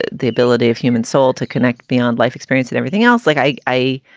ah the ability of human soul to connect beyond life experience with everything else? like i i.